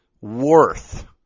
worth